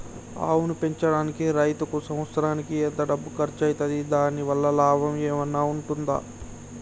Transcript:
ఆవును పెంచడానికి రైతుకు సంవత్సరానికి ఎంత డబ్బు ఖర్చు అయితది? దాని వల్ల లాభం ఏమన్నా ఉంటుందా?